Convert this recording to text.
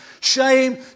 Shame